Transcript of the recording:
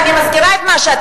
אני מזכירה את מה שאמרת.